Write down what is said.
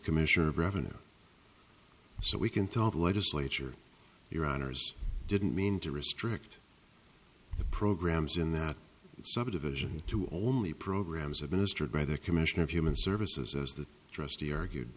commissioner of revenue so we can tell the legislature your honour's didn't mean to restrict the programs in that subdivision to only programs administered by the commissioner of human services as the trustee argued